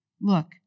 look